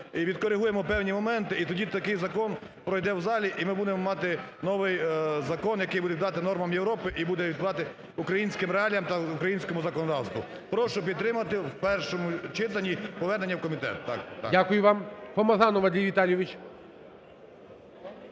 і відкоригуємо певні моменти, і тоді такий закон пройде в залі, і ми будемо мати новий закон, який буде відповідати нормам Європи і буде відповідати українським реаліям та українському законодавству. Прошу підтримати в першому читанні повернення в комітет. ГОЛОВУЮЧИЙ.